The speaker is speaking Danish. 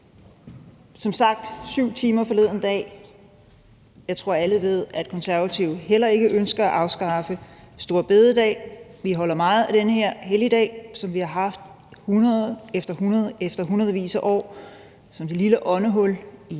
diskuteret 7 timer forleden dag. Jeg tror, at alle ved, at Konservative heller ikke ønsker at afskaffe store bededag; vi holder meget af den her helligdag, som vi har haft i mange hundrede år, ja, i hundredvis af år, som det lille åndehul i